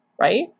right